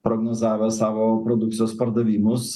prognozavę savo produkcijos pardavimus